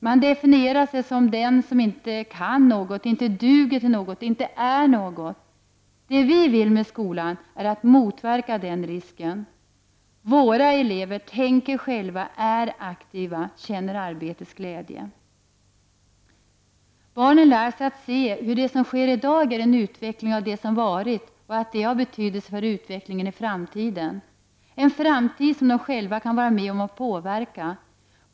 Man definierar sig som den som inte kan något och inte duger till något och inte är något. Det vi vill med skolan är att motverka den risken. ”Våra” elever tänker själva, är aktiva och känner arbetets glädje. Barnen lär sig att se hur det som sker i dag är en utveckling av det som varit och att detta har betydelse för utvecklingen i framtiden — en framtid som vi själva kan vara med om att påverka.